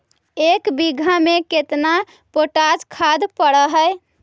एक बिघा में केतना पोटास खाद पड़ है?